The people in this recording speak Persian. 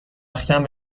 رختکن